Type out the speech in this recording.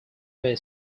may